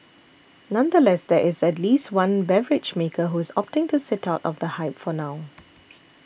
nonetheless there is at least one beverage maker who is opting to sit out of the hype for now